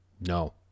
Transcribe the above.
No